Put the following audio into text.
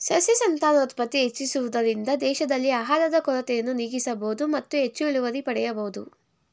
ಸಸ್ಯ ಸಂತಾನೋತ್ಪತ್ತಿ ಹೆಚ್ಚಿಸುವುದರಿಂದ ದೇಶದಲ್ಲಿ ಆಹಾರದ ಕೊರತೆಯನ್ನು ನೀಗಿಸಬೋದು ಮತ್ತು ಹೆಚ್ಚು ಇಳುವರಿ ಪಡೆಯಬೋದು